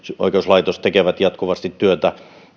oikeuslaitos tekevät jatkuvasti työtä